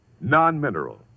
non-mineral